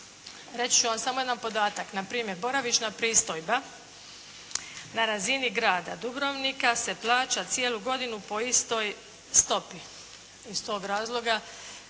Reći ću vam samo jedan podatak. Na primjer boravišna pristojba na razini grada Dubrovnika se plaća cijelu godinu po istoj stopi iz tog razloga,